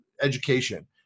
education